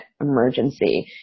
emergency